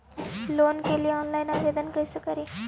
Loan के लिये online आवेदन कैसे करि?